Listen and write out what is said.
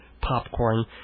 Popcorn